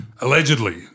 allegedly